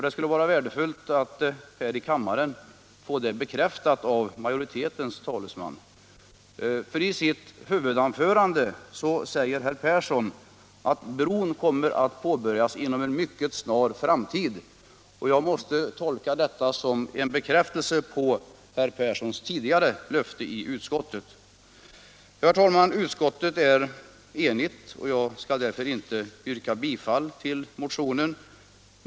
Det skulle vara värdefullt att här i kammaren få det bekräftat av majoritetens talesman. I sitt huvudanförande sade herr Persson i Heden att bron kommer att påbörjas inom en mycket snar framtid. Jag måste tolka detta som en bekräftelse på herr Perssons tidigare löfte i utskottet. Utskottet är enigt, och jag skall därför inte yrka bifall till motionen.